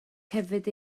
hefyd